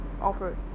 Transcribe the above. offer